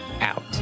out